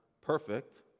perfect